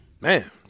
Man